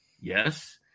yes